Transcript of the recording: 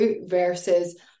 versus